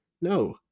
no